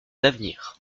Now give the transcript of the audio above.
d’avenir